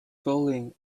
falling